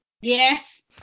Yes